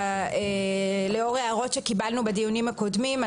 לאור הערות שקיבלנו בדיונים הקודמים,